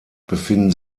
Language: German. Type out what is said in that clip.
befinden